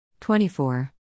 24